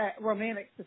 romantic